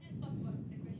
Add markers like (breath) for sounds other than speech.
(breath)